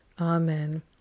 Amen